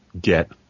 get